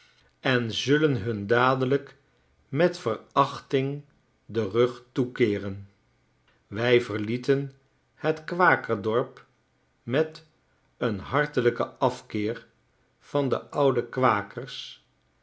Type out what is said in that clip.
en zullen hun dadelijk met verachting den rug toekeeren wij verlieten het kwakerdorp met een hartelijkeii afkeer van de oude kwakers